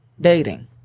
dating